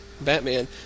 Batman